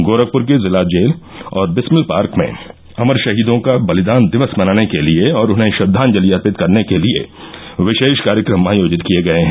गोरखपुर की जिला जेल और बिस्मिल पार्क में अमर शहीदो का बलिदान दिवस मनाने के लिए और उन्हें श्रद्वाजंलि अर्पित करने के लिए विशेष कार्यक्रम आयोजित किए गये हैं